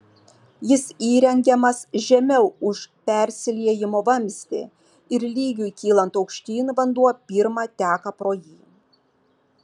jis įrengiamas žemiau už persiliejimo vamzdį ir lygiui kylant aukštyn vanduo pirma teka pro jį